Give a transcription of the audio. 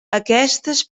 aquestes